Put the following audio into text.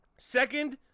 Second